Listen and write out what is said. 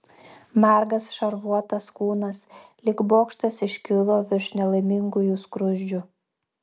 margas šarvuotas kūnas lyg bokštas iškilo virš nelaimingųjų skruzdžių